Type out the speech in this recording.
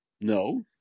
no